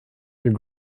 your